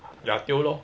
要丢咯